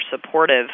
supportive